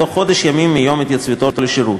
בתוך חודש ימים מיום התייצבותו לשירות.